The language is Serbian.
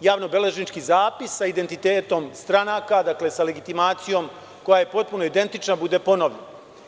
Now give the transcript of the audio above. javno-beležnički zapis sa identitetom stranaka, sa legitimacijom koja je potpuno identična, bude ponovljena.